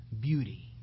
beauty